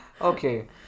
okay